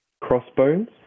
Crossbones